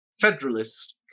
federalist